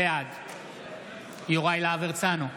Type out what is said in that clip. בעד יוראי להב הרצנו,